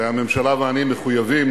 והממשלה ואני מחויבים